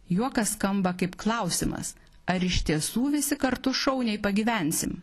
juokas skamba kaip klausimas ar iš tiesų visi kartu šauniai pagyvensim